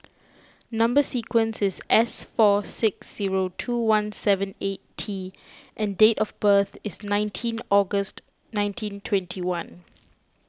Number Sequence is S four six zero two one seven eight T and date of birth is nineteen August nineteen twenty one